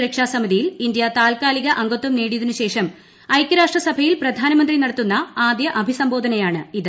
സുരക്ഷാ സമിതിയിൽ ഇന്ത്യ താത്കാലിക അംഗത്വം നേടിയതിനു ശേഷം ഐക്യരാഷ്ട്ര സഭയിൽ പ്രധാനമന്ത്രി നടത്തുന്ന ആദ്യ അഭിസംബോധനയാണിത്